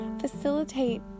facilitate